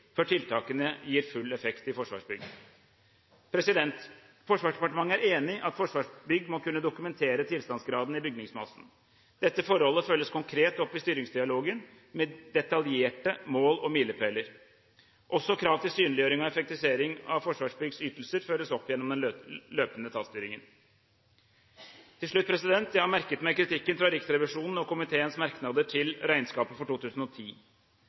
tiltakene gir full effekt i Forsvarsbygg. Forsvarsdepartementet er enig i at Forsvarsbygg må kunne dokumentere tilstandsgraden i bygningsmassen. Dette forholdet følges konkret opp i styringsdialogen, med detaljerte mål og milepæler. Også krav til synliggjøring av effektivisering av Forsvarsbyggs ytelser følges opp gjennom den løpende etatsstyringen. Til slutt: Jeg har merket meg kritikken fra Riksrevisjonen og komiteens merknader til regnskapet for 2010,